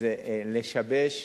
זה לשבש,